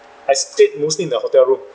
I stayed mostly in the hotel room